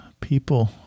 people